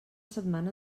setmana